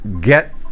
get